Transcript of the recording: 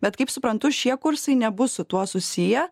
bet kaip suprantu šie kursai nebus su tuo susiję